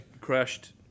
crashed